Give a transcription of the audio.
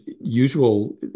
usual